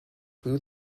glue